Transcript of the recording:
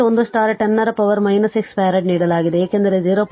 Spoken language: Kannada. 1 10 ರ ಪವರ್ 6 ಫರಾಡ್ ನೀಡಲಾಗಿದೆ ಏಕೆಂದರೆ 0